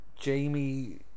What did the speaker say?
Jamie